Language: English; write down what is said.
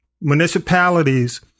municipalities